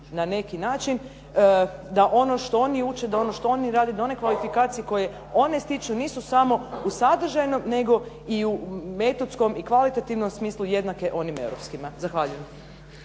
na neki način da ono što oni uče, da ono što oni rade na onoj kvalifikaciji koje oni stiču nisu samo u sadržajnom, nego i u metodskom i kvalitativnom smislu jednake onim europskima. Zahvaljujem.